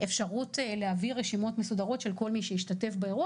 אפשרות להביא רשימות מסודרות של כל מי שהשתתף באירוע